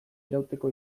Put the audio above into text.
irauteko